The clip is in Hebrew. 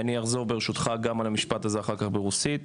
אני עכשיו משמיעה קול של אחינו היהודים